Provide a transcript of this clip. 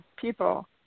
people